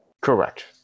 Correct